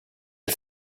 you